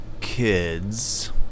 kids